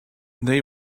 they